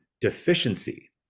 deficiency